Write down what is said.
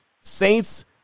Saints